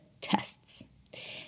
tests